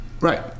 Right